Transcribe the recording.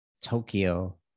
Tokyo